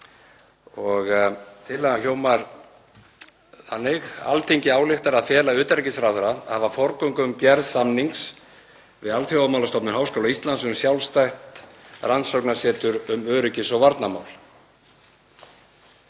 Tillagan hljómar þannig: „Alþingi ályktar að fela utanríkisráðherra að hafa forgöngu um gerð samnings við Alþjóðamálastofnun Háskóla Íslands um sjálfstætt rannsóknasetur um öryggis- og varnarmál.“